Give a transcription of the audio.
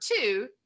two